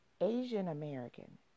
Asian-American